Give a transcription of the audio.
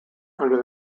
under